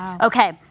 Okay